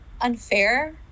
unfair